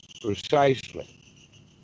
precisely